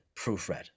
proofread